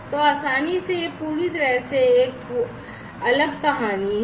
तो आसानी से यह पूरी तरह से एक पूरी तरह से अलग कहानी है